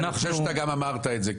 ואני חושב שאתה גם אמרת את זה,